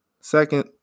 Second